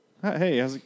Hey